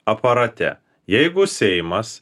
aparate jeigu seimas